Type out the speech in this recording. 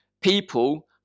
people